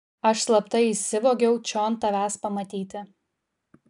aš slapta įsivogiau čion tavęs pamatyti